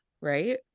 right